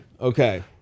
Okay